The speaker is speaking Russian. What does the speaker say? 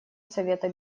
совета